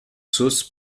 sauce